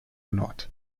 nord